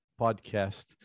podcast